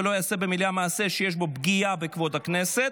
ולא יעשה במליאה מעשה שיש בו פגיעה בכבוד הכנסת,